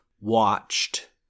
watched